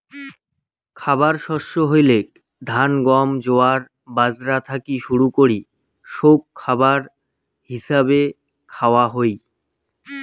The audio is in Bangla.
খাবার শস্য হইলেক ধান, গম, জোয়ার, বাজরা থাকি শুরু করি সৌগ খাবার হিছাবে খাওয়া হই